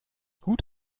gut